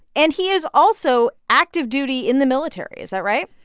and he is also active duty in the military. is that right?